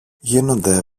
γίνονται